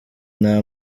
nta